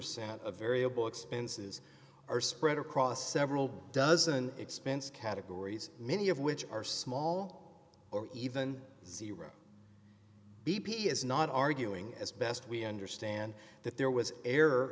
percent of variable expenses are spread across several dozen expense categories many of which are small or even zero b p is not arguing as best we understand that there was error